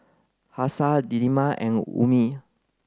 Hafsa Delima and Ummi